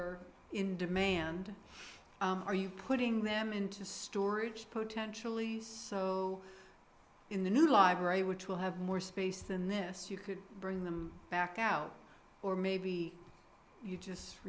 are in demand are you putting them into storage potentially in the new library which will have more space than this you could bring them back out or maybe you just